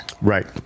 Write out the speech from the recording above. Right